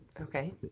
Okay